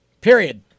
period